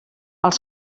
els